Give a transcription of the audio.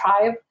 tribe